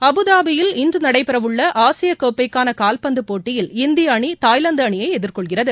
அபுதாபியில் இன்று நடைபெறவுள்ள ஆசிய கோப்பைக்கான காவ்பந்து போட்டியில் இந்திய அணி தாய்லாந்து அணியை எதிர்கொள்கிறது